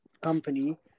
company